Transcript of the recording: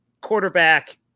quarterback